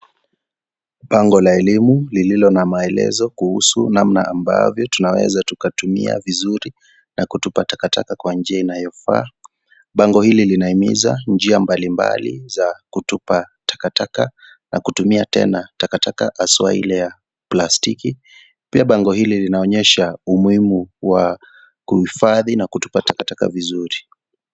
Bango la elimu lililo na maelezo kuhusu namna ambavyo tunaeza tukatumia vizuri na kutupa takataka Kwa njia inayofaa, bango hilinlinahimiza njia mbalimbali za kutupa takataka na kutumia tena takataka hasa Ile ya plastiki, pia bango hili linaonyesha umuhimu wa kuhifadbi na kutupa takataka vizuri.